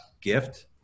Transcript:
gift